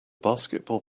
basketball